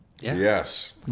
Yes